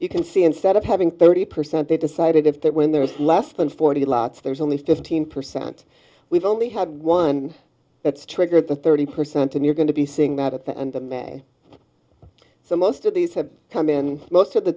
you can see instead of having thirty percent they decided if they're when there's less than forty lots there's only fifteen percent we've only had one that's triggered the thirty percent and you're going to be seeing that at the end the may so most of these have come in most of the